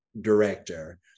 director